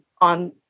on